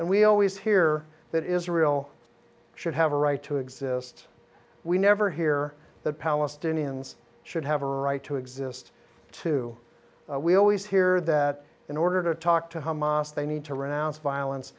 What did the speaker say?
and we always hear that israel should have a right to exist we never hear that palestinians should have a right to exist too we always hear that in order to talk to hamas they need to renounce violence